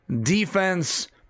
Defense